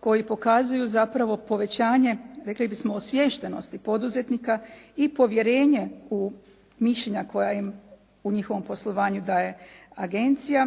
koji pokazuju zapravo povećanje rekli bismo osviještenosti poduzetnika i povjerenje u mišljenja koja im u njihovom poslovanju daje agencija